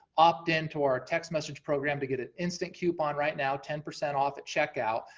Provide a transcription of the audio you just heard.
opt-in to our text message program to get an instant coupon right now, ten percent off at checkout,